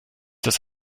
das